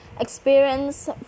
experience